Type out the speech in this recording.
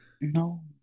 No